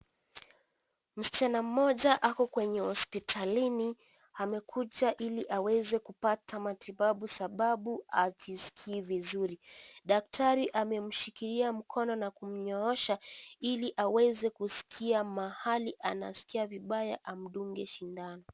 Msichana mmoja ako kwenye hospitalini amekuja ili aweze kupata matibabu sababu hajiskii vizuri. Daktari amemshikilia mkono na kumnyoosha ili aweze kusikia mahali anaskia vibaya amdunge shindano.